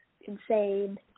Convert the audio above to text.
insane